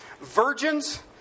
virgins